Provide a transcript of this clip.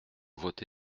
voté